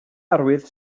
arwydd